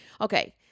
Okay